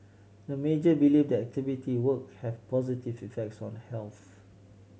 the majority believe that activity work have positive effects on health